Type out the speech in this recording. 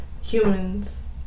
Humans